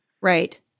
Right